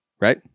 right